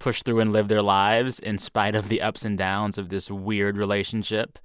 push through and live their lives in spite of the ups and downs of this weird relationship.